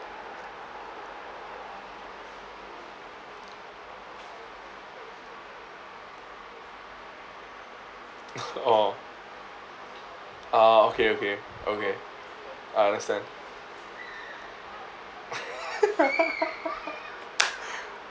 orh ah okay okay okay I understand